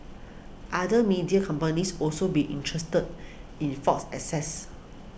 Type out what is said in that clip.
other media companies also be interested in Fox's assets